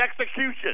execution